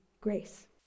grace